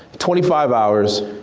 twenty five hours,